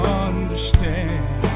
understand